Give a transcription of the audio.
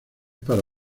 para